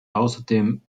außerdem